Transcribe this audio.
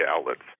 outlets